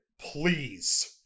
Please